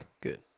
Good